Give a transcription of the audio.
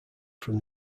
from